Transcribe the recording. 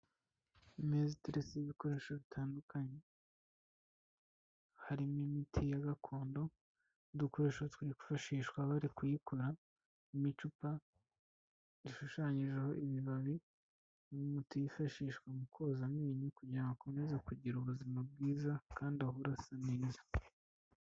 Imeza iteretseho ibikoresho bitandukanye, harimo imiti ya gakondo n'udukoresho twifashishwa bari kuyikora n'icupa rishushanyijeho ibibabi, n'umuti wifashishwa mu koza amenyo kugira ngo akomeze kugira ubuzima bwiza kandi ahore asa neza.